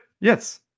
Yes